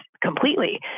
completely